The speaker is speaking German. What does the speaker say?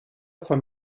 von